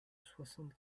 soixante